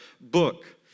book